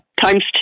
times